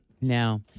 No